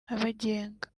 abagenga